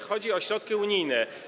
Chodzi o środki unijne.